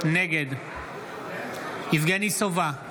נגד יבגני סובה,